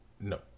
No